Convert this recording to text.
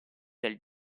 del